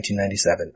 1997